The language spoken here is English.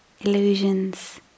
illusions